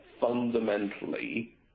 fundamentally